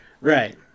right